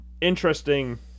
interesting